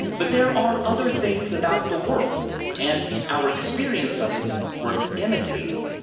but there are other things about the world and our experience of it worth imitating.